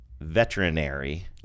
veterinary